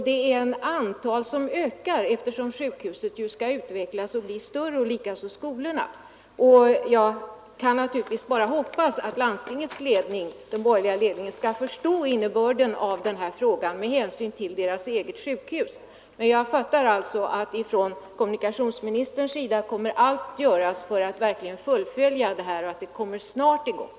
Detta antal människor blir successivt också allt större, eftersom både sjukhuset och skolorna kommer att byggas ut. Jag kan bara hoppas att landstingets borgerliga ledning skall förstå innebörden av min fråga med hänsyn till det egna sjukhuset. Jag fattar det nu så att kommunikationsministern kommer att göra allt för att fullfölja detta beslut, så att stationen verkligen blir byggd.